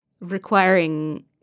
requiring